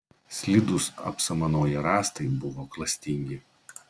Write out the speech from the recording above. slidūs apsamanoję rąstai buvo klastingi